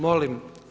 Molim.